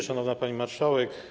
Szanowna Pani Marszałek!